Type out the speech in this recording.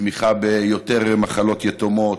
בתמיכה ביותר מחלות יתומות,